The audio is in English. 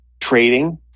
trading